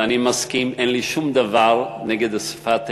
אין לי שום דבר נגד שפת היידיש,